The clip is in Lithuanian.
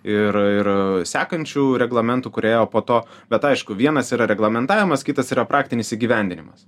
ir ir sekančių reglamentų kurie ėjo po to bet aišku vienas yra reglamentavimas kitas yra praktinis įgyvendinimas